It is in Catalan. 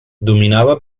dominava